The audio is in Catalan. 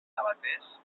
sabaters